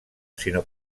sinó